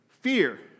fear